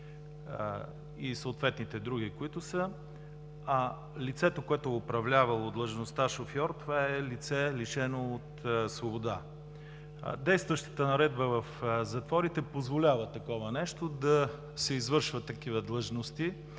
и съответните други, които са, а лицето, което е управлявало – длъжността „шофьор“, това е лице, лишено от свобода. Действащата наредба в затворите позволява такова нещо – да се извършват такива длъжности